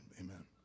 amen